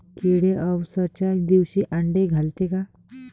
किडे अवसच्या दिवशी आंडे घालते का?